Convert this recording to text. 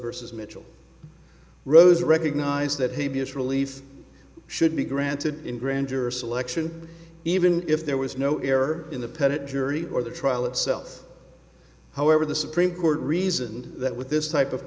versus mitchell rosa recognize that he views relief should be granted in grand jury selection even if there was no error in the pettitte jury or the trial itself however the supreme court reasoned that with this type of